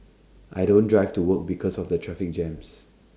I don't drive to work because of the traffic jams